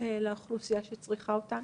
לאוכלוסייה שצריכה אותו.